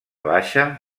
baixa